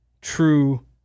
True